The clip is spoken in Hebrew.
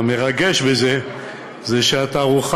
המרגש בזה הוא שהתערוכה,